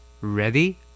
Ready